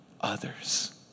others